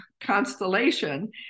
constellation